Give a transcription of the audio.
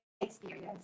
experience